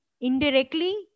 indirectly